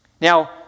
Now